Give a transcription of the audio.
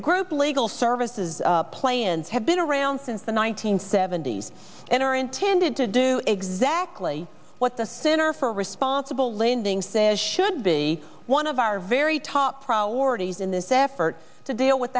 group legal services plans have been around since the one nine hundred seventy s and are intended to do exactly what the center for responsible lending says should be one of our very top priorities in this effort to deal with